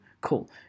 cool